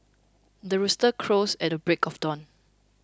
the rooster crows at the break of dawn